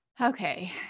Okay